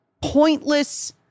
pointless